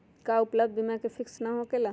का उपलब्ध बीमा फिक्स न होकेला?